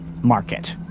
market